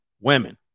women